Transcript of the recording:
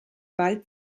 ball